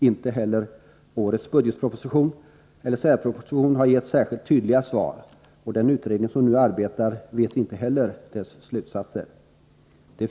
Inte heller årets budgetproposition eller särpropositionen har gett särskilt tydliga svar, och den utredning som nu arbetar vet inte heller vilka slutsatserna blir.